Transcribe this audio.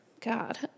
God